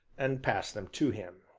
and passed them to him.